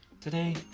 today